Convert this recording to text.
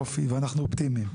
ואנחנו אופטימים.